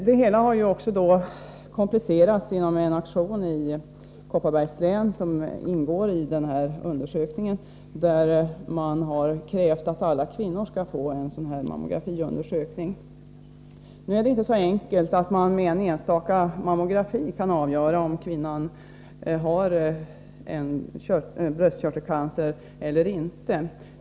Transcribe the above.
Det hela har också komplicerats genom en aktion i Kopparbergs län, som ingår i undersökningen, där man har krävt att alla kvinnor skall få mammografiundersökning. Nu är det inte så enkelt att man genom en enstaka mammografi kan avgöra om kvinnan har en bröstkörtelcancer eller inte.